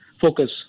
focus